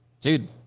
Dude